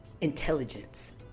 intelligence